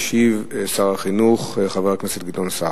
ישיב שר החינוך, חבר הכנסת גדעון סער.